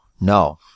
No